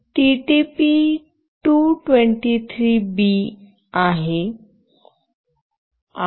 हे TTP 223 B आहे